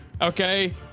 Okay